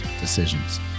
decisions